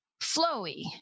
flowy